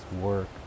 work